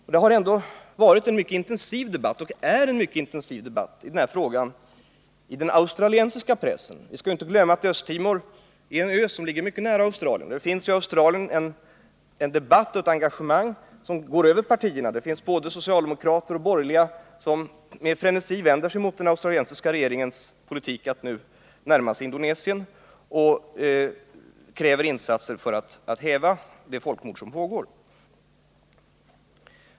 Däremot har det förekommit och förekommer en mycket intensiv debatt i denna fråga i den australiensiska pressen. Vi skall inte glömma att Östtimor är en ö som ligger mycket nära Australien. I Australien finns ett engagemang som går över partigränserna — det finns både socialdemokrater och borgerliga som med frenesi vänder sig mot den australiensiska regeringens politik att nu närma sig Indonesien och som kräver insatser för att häva det folkmord som pågår.